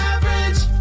Average